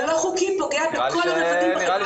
הלא חוקי פוגע בכל המדדים בחברה הישראלית.